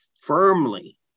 firmly